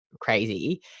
crazy